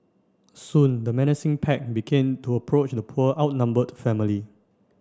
soon the menacing pack began to approach the poor outnumbered family